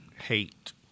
Hate